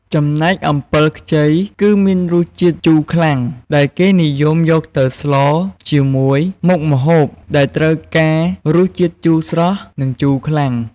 ចំណែកអំពិលខ្ចីគឺ មានរសជាតិជូរខ្លាំងណាស់ ដែលគេនិយមយកទៅស្លជាមួយ មុខម្ហូបដែលត្រូវការរសជាតិជូរស្រស់ និងជូរខ្លាំង។